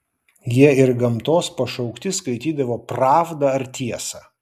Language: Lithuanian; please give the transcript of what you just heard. jie ir gamtos pašaukti skaitydavo pravdą ar tiesą